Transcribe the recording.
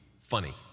funny